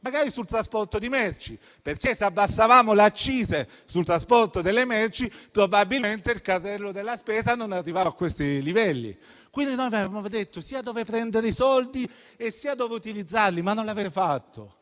magari sul trasporto di merci, perché se avessimo abbassato le accise sul trasporto delle merci, probabilmente il carrello della spesa non sarebbe arrivato a questi livelli. Vi avevamo detto quindi sia dove prendere i soldi, sia dove utilizzarli, ma non l'avete fatto